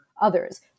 others